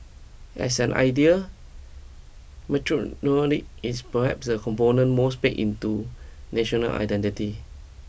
as an idea is perhaps the component most baked into national identity